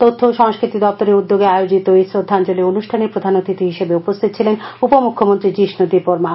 তথ্য ও সংস্কৃতি দপ্তরের উদ্যোগে আয়োজিত এই শ্রদ্ধাঞ্জলি অনুষ্ঠানে প্রধান অতিখি হিসেবে উপস্হিত ছিলেন উপমুখ্যমন্ত্রী শীষ্ণু দেববর্মা